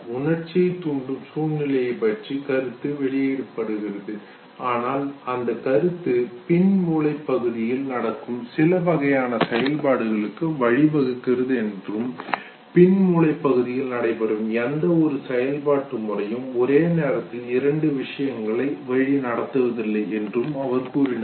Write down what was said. உணர்ச்சியைத் தூண்டும் சூழ்நிலையைப் பற்றிய கருத்து வெளிப்படுகிறது ஆனால் இந்த கருத்து பின் மூளைப் பகுதிகளில் நடக்கும் சில வகையான செயல்பாடுகளுக்கு வழிவகுக்கிறது என்றும் பின் மூளைப் பகுதியில் நடைபெறும் எந்தவொரு செயல்பாட்டு முறையும் ஒரே நேரத்தில் இரண்டு விஷயங்களை வழிநடத்துவதில்லை என்றும் அவர் கூறினார்